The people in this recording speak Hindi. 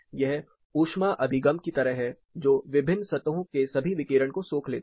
यह ऊष्मा अभिगम हीट सिंक की तरह है जो विभिन्न सतहों से सभी विकिरण को सोख लेता है